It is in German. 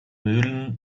mühlen